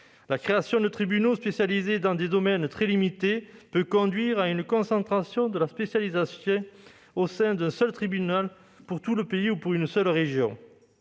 la création de tribunaux spécialisés dans des domaines très limités peut conduire à une concentration de la spécialisation au sein d'un seul tribunal pour tout le pays ou pour une seule région.